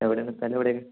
എവിടെയാണ് സ്ഥലം എവിടെയാണ്